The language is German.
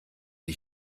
wie